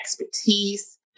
expertise